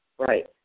Right